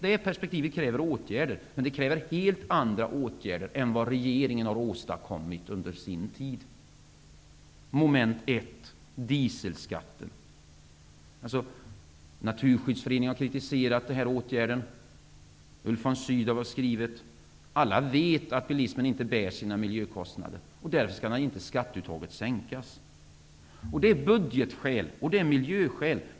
Det perspektivet kräver åtgärder, men det kräver helt andra åtgärder än vad regeringen har åstadkommit. Naturskyddsföreningen har kritiserat den här åtgärden. Ulf von Sydow har skrivit om detta. Alla vet att bilismen inte bär sina miljökostnader. Därför skall inte skatteuttaget sänkas. Det finns budgetskäl och miljöskäl.